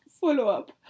follow-up